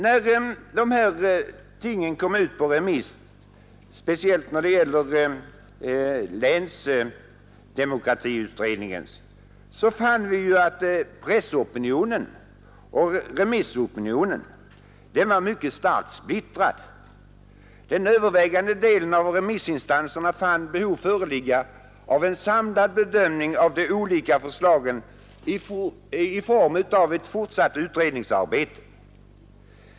När de här tingen kom ut på remiss fann vi — speciellt när det gäller länsdemokratiutredningens förslag — att pressoch remissopinionen var mycket starkt splittrad. Den övervägande delen av remissinstanserna fann behov föreligga av en samlad bedömning av de olika förslagen i form av ett fortsatt utredningsarbete.